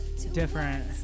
Different